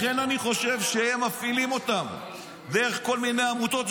אני חושב שהם מפעילים אותם דרך כל מיני עמותות,